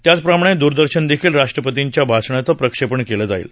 त्याचप्रमाणे दरदर्शवर देखील राष्ट्रपतींच्या भाषणाचं प्रक्षेपण केलं जाईल